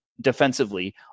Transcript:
defensively